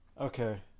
Okay